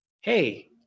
Hey